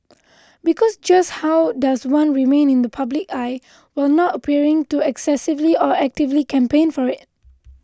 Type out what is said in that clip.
because just how does one remain in the public eye while not appearing to excessively or actively campaign for it